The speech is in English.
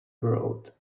world